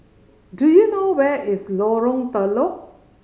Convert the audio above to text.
do you know where is Lorong Telok